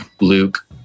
Luke